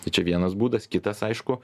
tai čia vienas būdas kitas aišku